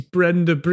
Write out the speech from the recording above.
Brenda